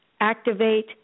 activate